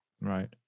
Right